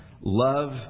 Love